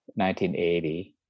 1980